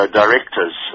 directors